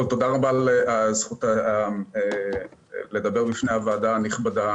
תודה רבה על הזכות לדבר בפני הוועדה הנכבדה.